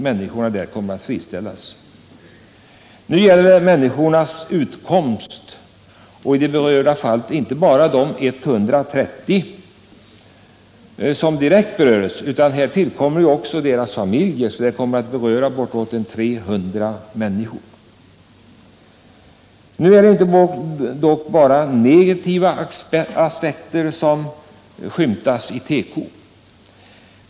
Inom den aktuella fabriksnedläggningen kommer inte bara de 130 som direkt friställs att beröras utan också deras familjer. Det gäller alltså bortåt 300 människor. Nu är det inte bara negativa utsikter inom tekoområdet.